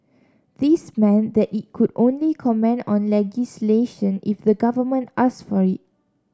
this meant that it could only comment on legislation if the government asked for it